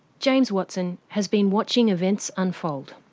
james watson has been watching events unfold.